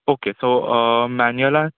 okay so मॅन्युअलान